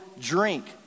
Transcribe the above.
drink